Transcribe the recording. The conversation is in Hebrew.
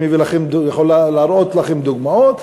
אני יכול להראות לכם דוגמאות.